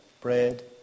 bread